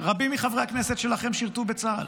רבים מחברי הכנסת שלכם שירתו בצה"ל.